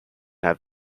have